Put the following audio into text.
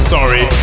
Sorry